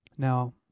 Now